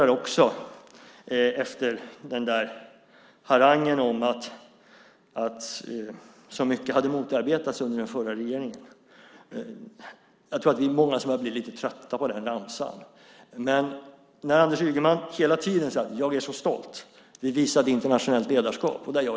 Efter harangen om att så mycket motarbetats under den förra regeringens tid konstaterar jag att vi nog är många som har blivit lite trötta på den ramsan. Hela tiden säger Anders Ygeman: Jag är så stolt. Vi visade internationellt ledarskap.